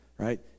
right